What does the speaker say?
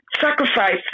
sacrifice